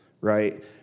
right